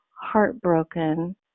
heartbroken